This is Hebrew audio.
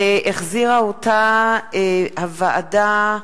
והחזירה אותה הוועדה,